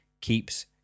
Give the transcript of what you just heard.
keeps